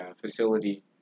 facility